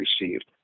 received